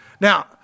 Now